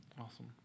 Awesome